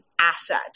asset